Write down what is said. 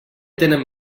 tenen